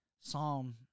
Psalm